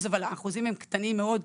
אבל האחוזים הם קטנים מאוד.